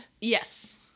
Yes